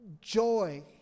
joy